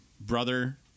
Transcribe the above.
brother